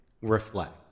reflect